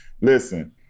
listen